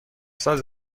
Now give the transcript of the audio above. ساز